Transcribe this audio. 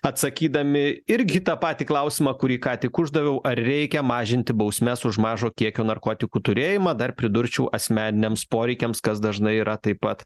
atsakydami irgi į tą patį klausimą kurį ką tik uždaviau ar reikia mažinti bausmes už mažo kiekio narkotikų turėjimą dar pridurčiau asmeniniams poreikiams kas dažnai yra taip pat